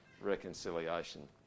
reconciliation